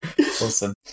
Awesome